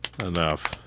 Enough